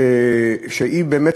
שהן באמת,